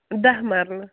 دَہ مَرلہٕ